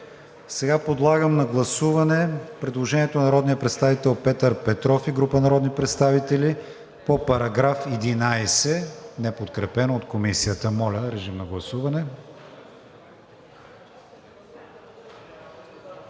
Сега подлагам на гласуване предложението на народния представител Петър Петров и група народни представители по § 11, неподкрепен от Комисията. Гласували